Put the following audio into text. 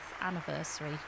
anniversary